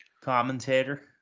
Commentator